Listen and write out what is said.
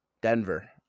Denver